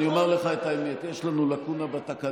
אני אומר לך את האמת: יש לנו לקונה בתקנון